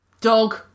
Dog